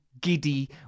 giddy